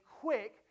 quick